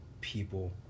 people